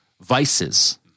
vices